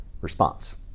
response